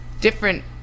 different